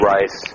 Rice